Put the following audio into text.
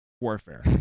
warfare